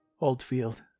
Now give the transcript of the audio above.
Oldfield